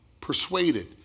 persuaded